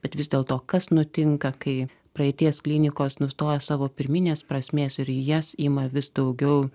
bet vis dėlto kas nutinka kai praeities klinikos nustoja savo pirminės prasmės ir į jas ima vis daugiau